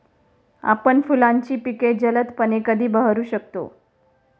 आपण फुलांची पिके जलदपणे कधी बहरू शकतो?